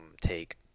take